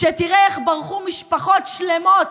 שתראה איך ברחו משפחות שלמות